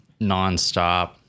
nonstop